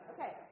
Okay